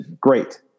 great